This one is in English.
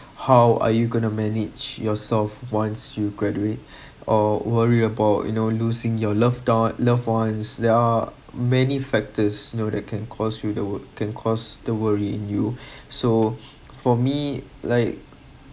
how are you going to manage yourself once you graduate or worry about you know losing your love da~ loved ones there are many factors you know that can cause you the wo~ can cause the worry in you so for me like